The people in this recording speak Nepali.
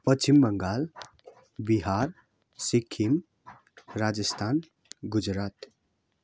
पश्चिम बङ्गाल बिहार सिक्किम राजस्थान गुजरात